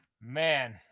Man